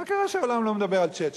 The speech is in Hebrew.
מה קרה שהעולם לא מדבר על צ'צ'ניה?